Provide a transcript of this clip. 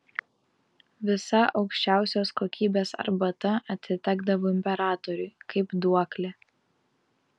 visa aukščiausios kokybės arbata atitekdavo imperatoriui kaip duoklė